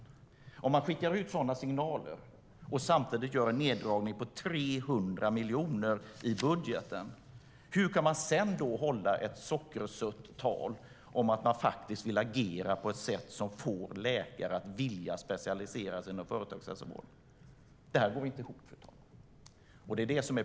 Hur kan statsrådet först skicka ut sådana signaler och göra en neddragning på 300 miljoner i budgeten och sedan hålla ett sockersött tal om att vilja agera på ett sätt som får läkare att vilja specialisera sig inom företagshälsovården? Det går inte ihop, fru talman.